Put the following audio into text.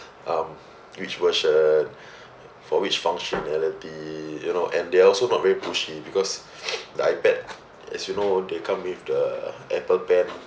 um which version for which functionality you know and they're also not very pushy because the iPad as you know they come with the Apple pen